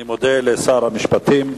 אני מודה לשר המשפטים.